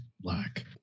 black